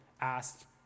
asked